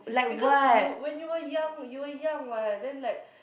because you when you were young you were young what then like